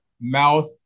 mouth